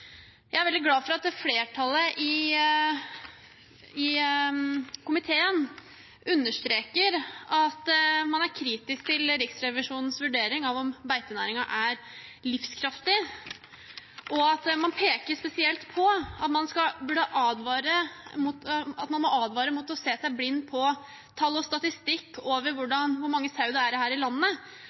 jeg kommer fra. Jeg er veldig glad for at flertallet i komiteen understreker at man er kritisk til Riksrevisjonens vurdering av om beitenæringen er livskraftig, og at man peker spesielt på at man burde advare mot å se seg blind på tall og statistikk over hvor mange sauer det er her i landet,